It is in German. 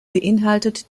beinhaltet